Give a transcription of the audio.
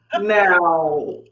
now